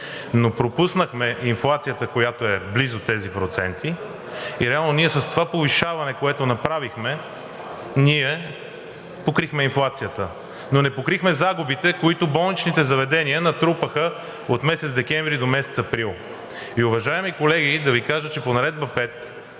но пропуснахме инфлацията, която е близо до тези проценти, и реално ние с това повишаване, което направихме, ние покрихме инфлацията, но не покрихме загубите, които болничните заведения натрупаха от месец декември до месец април. Уважаеми колеги, да Ви кажа, че по Наредба